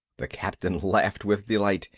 the captain laughed with delight,